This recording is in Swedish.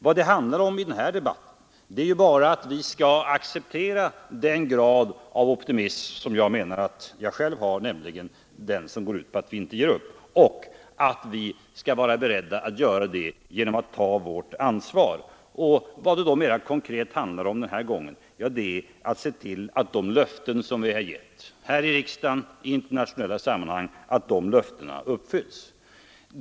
Vad det handlar om i den här debatten är ju bara att vi skall vara beredda att ta vårt ansvar. Vad det mera konkret handlar om den här gången är att se till att de löften som vi har givit här i riksdagen och i internationella sammanhang skall uppfyllas.